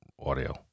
audio